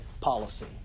policy